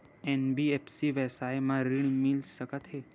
NBFC व्यवसाय मा ऋण मिल सकत हे